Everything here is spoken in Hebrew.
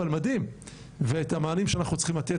אבל מדהים ואת המענים שאנחנו צריכים לתת,